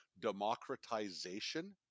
democratization